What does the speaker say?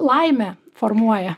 laimę formuoja